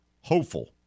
hopeful